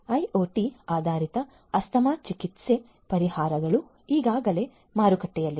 IoT ಆಧಾರಿತ asthma ಚಿಕಿತ್ಸಾ ಪರಿಹಾರಗಳು ಈಗಾಗಲೇ ಮಾರುಕಟ್ಟೆಯಲ್ಲಿವೆ